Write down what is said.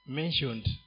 mentioned